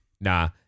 Nah